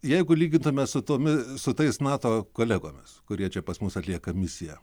jeigu lygintumėme su tomis su tais nato kolegomis kurie čia pas mus atlieka misiją